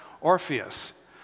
Orpheus